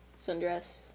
Sundress